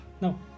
No